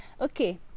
okay